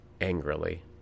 angrily